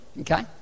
Okay